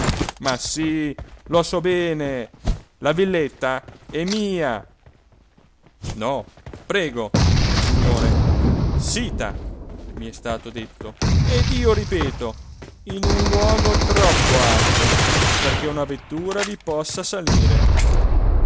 ma sì lo so bene la villetta è mia no prego signore sita mi è stato detto ed io ripeto in un luogo troppo alto perché una vettura vi possa salire